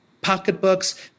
pocketbooks